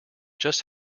just